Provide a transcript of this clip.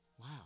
wow